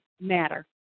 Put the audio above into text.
matter